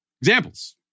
Examples